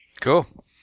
Cool